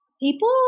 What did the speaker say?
people